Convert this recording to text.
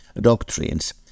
doctrines